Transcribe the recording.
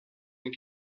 une